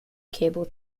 cable